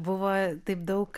buvo taip daug